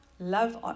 Love